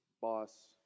boss